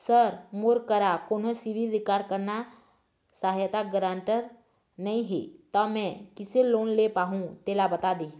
sir मोर करा कोन्हो सिविल रिकॉर्ड करना सहायता गारंटर नई हे ता मे किसे लोन ले पाहुं तेला बता दे